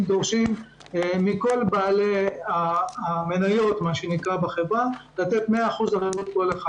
דורשים מכל בעלי המניות בחברה לתת 100% ערבות לכל אחד.